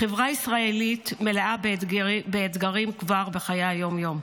החברה הישראלית מלאה באתגרים כבר בחיי היום-יום,